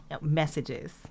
messages